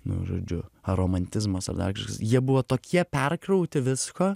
nu žodžiu romantizmas ar dar kažkas jie buvo tokie perkrauti visko